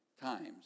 times